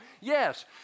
Yes